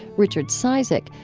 richard cizik,